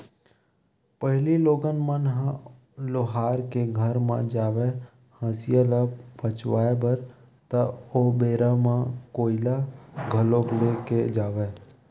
पहिली लोगन मन ह लोहार के घर म जावय हँसिया ल पचवाए बर ता ओ बेरा म कोइला घलोक ले के जावय